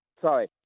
sorry